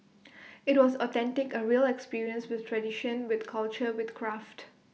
IT was authentic A real experience with tradition with culture with craft